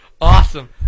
awesome